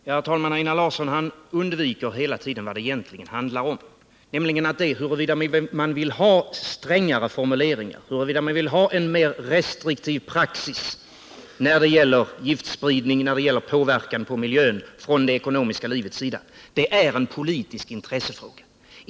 Herr talman! Einar Larsson undviker hela tiden vad det egentligen handlar om, nämligen om man vill ha strängare formuleringar och en mer restriktiv praxis när det gäller giftspridning och påverkan på miljön från det ekonomiska livet. Det är en politisk intressefråga.